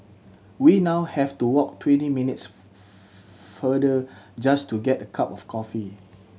we now have to walk twenty minutes further just to get a cup of coffee